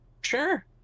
Sure